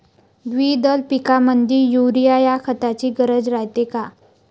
द्विदल पिकामंदी युरीया या खताची गरज रायते का?